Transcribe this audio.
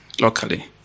locally